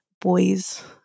boy's